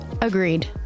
Agreed